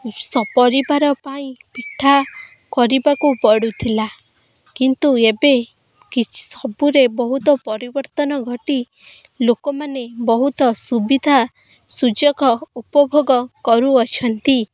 ସ ପରିବାର ପାଇଁ ପିଠା କରିବାକୁ ପଡ଼ୁଥିଲା କିନ୍ତୁ ଏବେ କିଛି ସବୁରେ ବହୁତ ପରିବର୍ତ୍ତନ ଘଟି ଲୋକମାନେ ବହୁତ ସୁବିଧା ସୁଯୋଗ ଉପଭୋଗ କରୁଅଛନ୍ତି